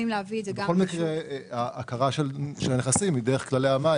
בכל מקרה, ההכרה של הנכסים היא דרך כללי המים.